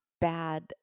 bad